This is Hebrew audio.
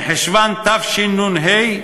מחשוון תשנ"ה,